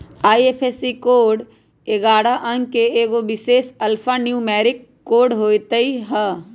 IFSC code ऐगारह अंक के एगो विशेष अल्फान्यूमैरिक कोड होइत हइ